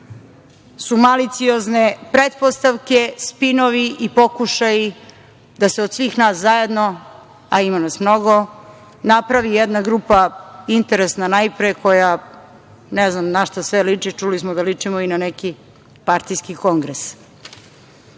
su maliciozne pretpostavke, spinovi i pokušaji da se od svih nas zajedno, a ima nas mnogo, napravi jedna grupa, interesna najpre, koja ne znam na šta sve liči, čuli smo da ličimo i na neki partijski kongres.